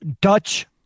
Dutch